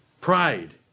Pride